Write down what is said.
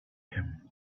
him